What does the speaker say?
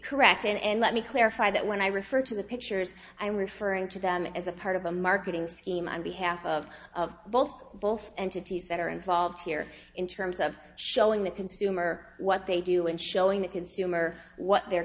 correct and let me clarify that when i refer to the pictures i am referring to them as a part of a marketing scheme on behalf of of both both entities that are involved here in terms of showing the consumer what they do and showing that consumer what their